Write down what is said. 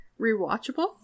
Rewatchable